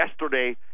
yesterday